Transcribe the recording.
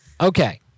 Okay